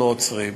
לא עוצרים.